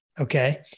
Okay